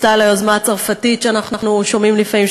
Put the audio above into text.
סטייל היוזמה הצרפתית שאנחנו שומעים לפעמים,